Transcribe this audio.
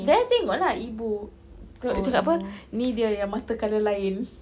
there tengok lah ibu tengok dia cakap apa ini dia yang mata colour lain